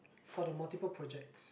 for the multiple projects